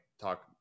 talk